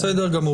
בסדר גמור.